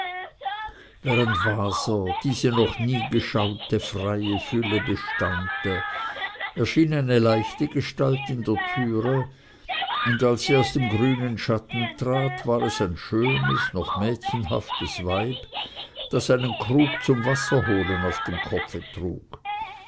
während waser diese noch nie geschaute freie fülle bestaunte erschien eine leichte gestalt in der türe und als sie aus dem grünen schatten trat war es ein schönes noch mädchenhaftes weib das einen krug zum wasserholen auf dem kopfe trug